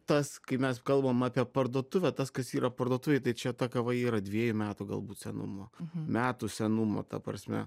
tas kai mes kalbam apie parduotuvę tas kas yra parduotuvėj tai čia ta kava yra dviejų metų galbūt senumo metų senumo ta prasme